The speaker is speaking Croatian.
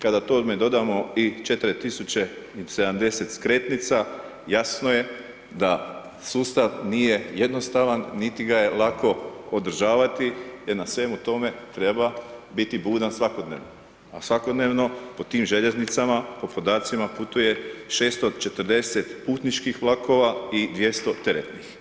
Kada tome dodamo i 4070 skretnica, jasno je da sustav nije jednostavan niti ga je lako održavati, jer na svemu tome biti budan svakodnevno, a svakodnevno po tim željeznicama po podacima putuje 640 putničkih vlakova i 200 teretnih.